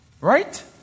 Right